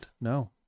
no